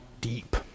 deep